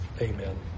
amen